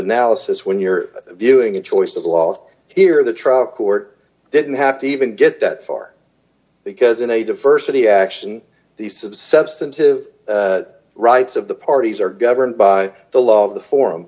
analysis when you're viewing a choice of laws here the truck court didn't have to even get that far because in a diversity action these of substantive rights of the parties are governed by the law of the forum